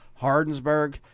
Hardensburg